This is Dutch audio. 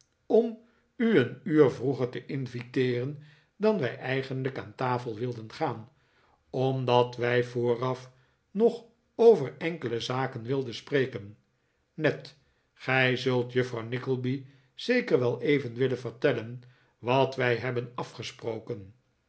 om u een uur vroeger te inviteeren dan wij eigenlijk aan tafel wilden gaan omdat wij vooraf nog over enkele zaken wilden spreken ned gij zult juffrouw nickleby zeker wel even willen vertellen wat wij hebben afgesproken